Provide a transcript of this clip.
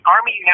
Army